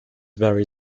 very